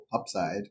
upside